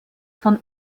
von